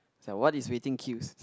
it's like what is waiting queues